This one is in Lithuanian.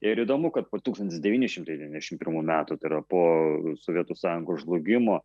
ir įdomu kad po tūkstantis devyni šimtai devyniasdešimt pirmų metų tai yra po sovietų sąjungos žlugimo